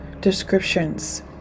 descriptions